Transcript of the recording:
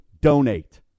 donate